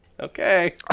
okay